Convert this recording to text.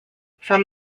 from